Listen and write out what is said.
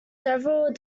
several